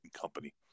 company